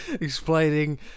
explaining